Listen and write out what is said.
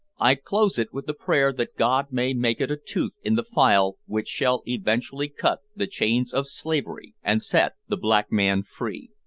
i close it with the prayer that god may make it a tooth in the file which shall eventually cut the chains of slavery, and set the black man free.